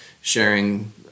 sharing